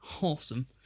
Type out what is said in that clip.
Awesome